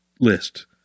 list